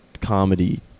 Comedy